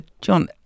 john